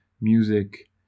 music